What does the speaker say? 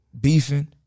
beefing